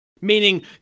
Meaning